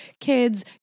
kids